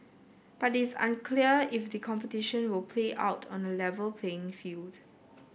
but is unclear if the competition will play out on A Level playing field